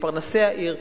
לפרנסי העיר,